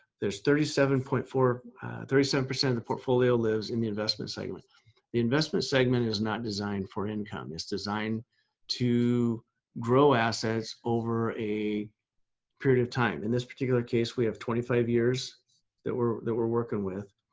there's thirty seven point four thirty seven percent of the portfolio lives in the investment segment. the investment segment is not designed for income. it's designed to grow assets over a period of time. in this particular case, we have twenty five years that we're that we're working with.